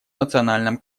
национальном